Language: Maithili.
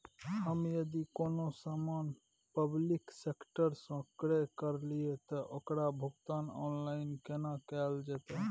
हम यदि कोनो सामान पब्लिक सेक्टर सं क्रय करलिए त ओकर भुगतान ऑनलाइन केना कैल जेतै?